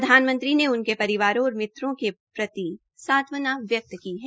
प्रधानमंत्री ने उनके परिवारों और मित्रों के प्रति सांत्वना व्यक्त की है